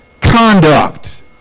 conduct